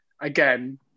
again